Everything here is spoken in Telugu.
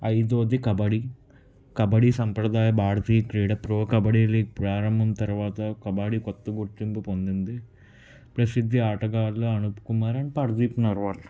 ఐదోది కబడీ కబడీ సాంప్రదాయ భారతీయ క్రీడ ప్రో కబడ్డీ లీగ్ ప్రారంభం తరవాత కబడ్డీ కొత్త గుర్తింపు పొందింది ప్రసిద్ది ఆటగాళ్ళ అనుప్కుమార్ అండ్ పర్విత్ నర్వాల్